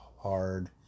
hard